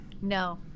No